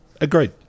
agreed